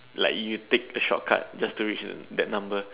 like you take a shortcut just to reach that number